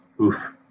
Oof